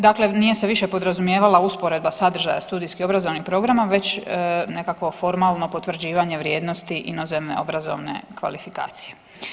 Dakle, nije se više podrazumijevala usporedba sadržaja studijskih obrazovnih programa već nekakvo formalno potvrđivanje vrijednosti inozemne obrazovne kvalifikacije.